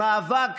במאבק